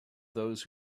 those